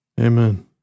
Amen